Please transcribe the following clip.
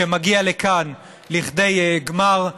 שמגיע כאן לכדי גמר.